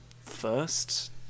first